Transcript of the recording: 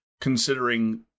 considering